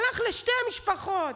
הלך לשתי המשפחות,